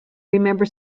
remember